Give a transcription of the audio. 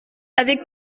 avec